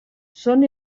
són